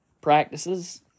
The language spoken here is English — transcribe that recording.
practices